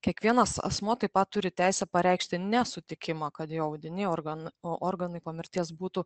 kiekvienas asmuo taip pat turi teisę pareikšti nesutikimą kad jo audiniai organ organai po mirties būtų